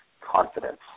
confidence